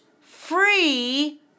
free